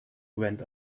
went